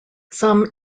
some